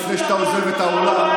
לפני שאתה עוזב את האולם,